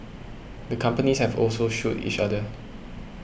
the companies have also sued each other